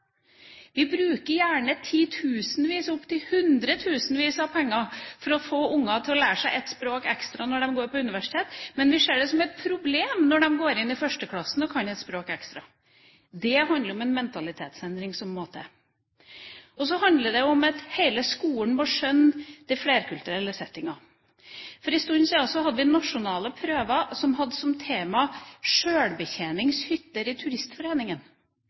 Vi bruker gjerne titusenvis – opptil hundretusenvis – av kroner for å få unger til å lære seg et språk ekstra når de går på universitetet, men vi ser det som et problem når de går inn i første klasse og kan et språk ekstra. Det handler om en mentalitetsendring – det må til – og så handler det om at hele skolen må skjønne den flerkulturelle settingen. For en stund siden hadde vi nasjonale prøver som hadde som tema: sjølbetjeningshytter i Turistforeningen.